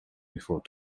before